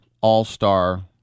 all-star